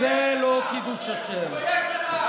זה לא קידוש השם, תתבייש לך.